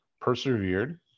persevered